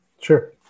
sure